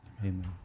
Amen